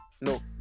No